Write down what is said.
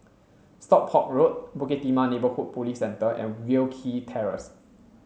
Stockport Road Bukit Timah Neighbourhood Police Centre and Wilkie Terrace